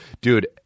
dude